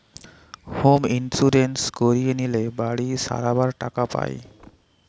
home insurance করিয়ে লিলে বাড়ি সারাবার টাকা পায়